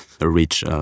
reach